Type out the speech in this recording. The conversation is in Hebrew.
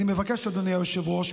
אדוני היושב-ראש,